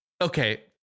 Okay